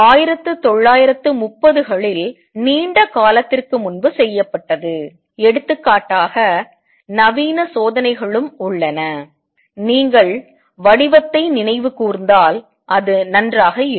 இது 1930 களில் நீண்ட காலத்திற்கு முன்பு செய்யப்பட்டது எடுத்துக்காட்டாக நவீன சோதனைகளும் உள்ளன நீங்கள் வடிவத்தை நினைவு கூர்ந்தால் அது நன்றாக இருக்கும்